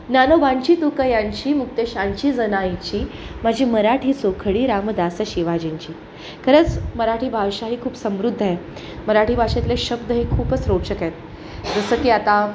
ज्ञानोबांची तुकयांची मुक्तेशांची जनाईची माझी मराठी चोखडी रामदास शिवाजींची खरंच मराठी भाषा ही खूप समृद्ध आहे मराठी भाषेतले शब्द हे खूपच रोचक आहेत जसं की आता